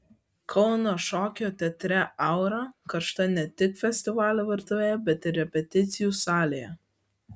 kauno šokio teatre aura karšta ne tik festivalio virtuvėje bet ir repeticijų salėje